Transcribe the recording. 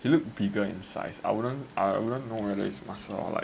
he looked bigger in size I wouldn't know whether is muscle or like